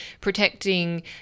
protecting